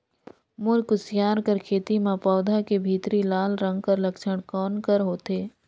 मोर कुसियार कर खेती म पौधा के भीतरी लाल रंग कर लक्षण कौन कर होथे?